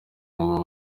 ngo